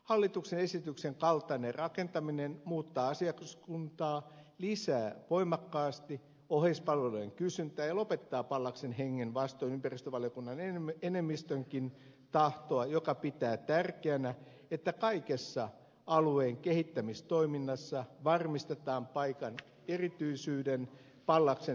hallituksen esityksen kaltainen rakentaminen muuttaa asiakaskuntaa lisää voimakkaasti oheispalvelujen kysyntää ja lopettaa pallaksen hengen vastoin ympäristövaliokunnan enemmistönkin tahtoa joka pitää tärkeänä että kaikessa alueen kehittämistoiminnassa varmistetaan paikan erityisyyden pallaksen hengen säilyminen